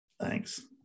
thanks